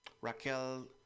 Raquel